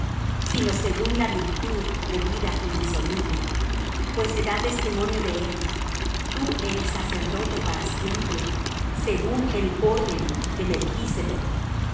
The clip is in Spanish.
sino según la virtud de vida indisoluble pues se da testimonio de él tú eres sacerdote para siempre según el orden de melchsedec